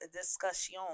discussion